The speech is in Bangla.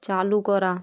চালু করা